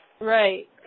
Right